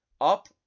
up